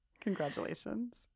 Congratulations